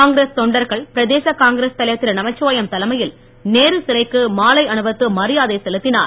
காங்கிரஸ் தொண்டர்கள் பிரதேச காங்கிரஸ் தலைவர் திரு நமச்சிவாயம் தலைமையில் நேரு சிலைக்கு மாலை அணிவித்து மரியாதை செலுத்தினார்